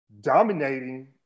dominating